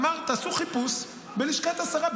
אמר: תעשו חיפוש בלשכת השרה,